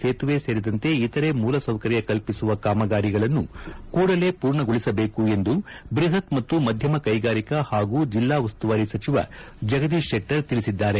ಸೇತುವೆ ಸೇರಿದಂತೆ ಇತರೆ ಮೂಲಸೌಕರ್ಯ ಕಲ್ಪಿಸುವ ಕಾಮಗಾರಿಗಳನ್ನು ಕೂಡಲೇ ಪೂರ್ಣಗೊಳಿಸಬೇಕು ಎಂದು ಬೃಹತ್ ಮತ್ತು ಮಧ್ಯಮ ಕೈಗಾರಿಕಾ ಹಾಗೂ ಜಿಲ್ಲಾ ಉಸ್ತುವಾರಿ ಸಚಿವ ಜಗದೀಶ್ ಶೆಟ್ಟರ್ ತಿಳಿಸಿದ್ದಾರೆ